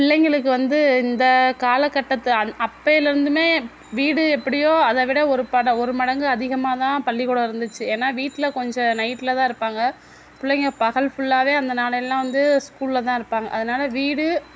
பிள்ளைங்களுக்கு வந்து இந்த காலக்கட்டத்து அப்பயிலயிருந்துமே வீடு எப்படியோ அதை விட ஒரு பட ஒரு மடங்கு அதிகமாதான் பள்ளிக்கூடம் இருந்துச்சு ஏன்னா வீட்ல கொஞ்சம் நைட்டுலதான் இருப்பாங்க பிள்ளைங்க பகல் ஃபுல்லாவே அந்த நாளெல்லாம் வந்து ஸ்கூல்லதான் இருப்பாங்க அதனால வீடு